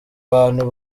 bantu